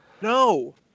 No